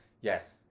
Yes